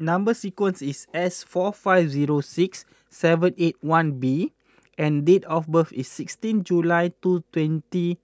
number sequence is S four five zero six seven eight one B and date of birth is sixteenth July two twenty